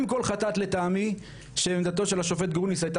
אם כל חטאת לדעתי שעמדתו של השופט גרוניס הייתה